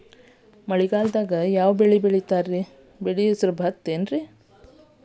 ಮಳೆಗಾಲದಾಗ್ ಯಾವ್ ಬೆಳಿ ಬೆಳಿತಾರ, ಬೆಳಿ ಹೆಸರು ಭತ್ತ ಏನ್?